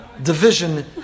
Division